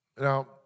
Now